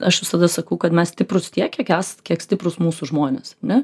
aš visada sakau kad mes stiprūs tiek kiek es kiek stiprūs mūsų žmonės ne